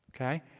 okay